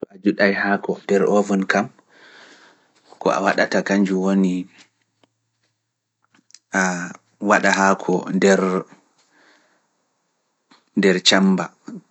To a juɗay haako nder ovun kam, ko a waɗata ka njowoni, a waɗa haako nder cammba,